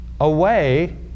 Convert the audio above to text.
away